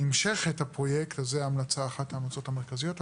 אז זו אחת ההמלצות המרכזיות.